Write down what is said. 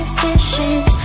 fishes